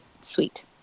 Sweet